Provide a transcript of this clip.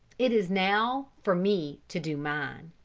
it is now for me to do mine.